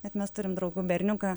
bet mes turim draugų berniuką